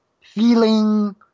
feeling